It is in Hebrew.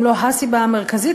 אם לא הסיבה המרכזית,